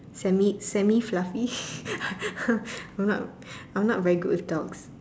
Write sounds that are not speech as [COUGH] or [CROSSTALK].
semi semi fluffy [LAUGHS] I'm not I'm not very good with dogs